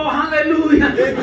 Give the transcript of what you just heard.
hallelujah